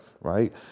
right